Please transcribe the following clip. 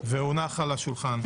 והונח על השולחן.